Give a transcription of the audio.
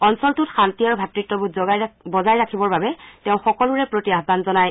অঞ্চলটোত শান্তি আৰু ভাতৃত্বোধ বজাই ৰাখিবৰ বাবে তেওঁ সকলোৰে প্ৰতি আহান জনায়